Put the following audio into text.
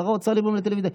שר האוצר ליברמן בטלוויזיה,